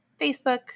Facebook